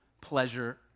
pleasure